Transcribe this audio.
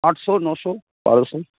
আটশো নশো বারোশো